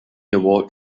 award